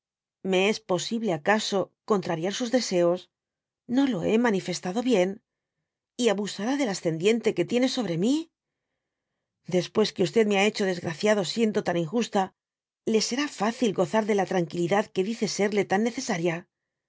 me es posible acaso contrariar sus deseos no lo bé manifestado bien y abusará del ascendiente que tiene sobre mí después que me ba becbo desgraciado siendo tan injusta le será fácil gozar de la tranquilidad que dice serle tan necesaria